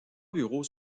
bureaux